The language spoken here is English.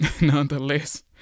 nonetheless